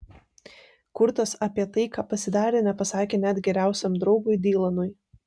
kurtas apie tai ką pasidarė nepasakė net geriausiam draugui dylanui